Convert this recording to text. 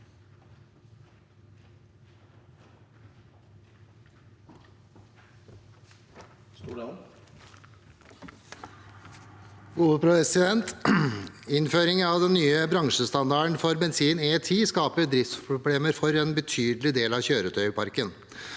Innføring av den nye bransjestandarden for bensin, E10, skaper driftsproblemer for en betydelig del av kjøretøyparken.